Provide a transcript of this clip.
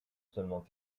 seulement